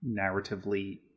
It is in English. narratively